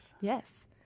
Yes